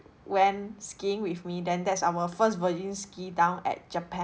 went skiing with me then that's our first virgin ski down at japan